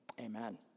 amen